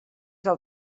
del